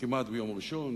כמעט ביום ראשון,